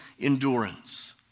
endurance